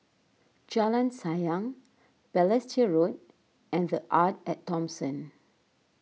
Jalan Sayang Balestier Road and the Arte at Thomson